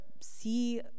see